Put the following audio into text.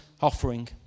offering